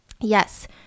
Yes